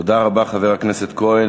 תודה רבה, חבר הכנסת כהן.